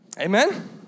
Amen